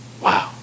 Wow